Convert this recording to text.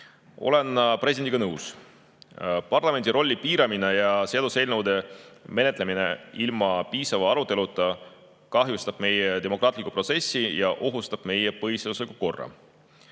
Olen presidendiga nõus. Parlamendi rolli piiramine ja seaduseelnõude menetlemine ilma piisava aruteluta kahjustab meie demokraatlikku protsessi ja ohustab meie põhiseaduslikku korda.